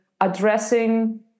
addressing